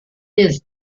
ist